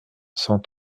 cent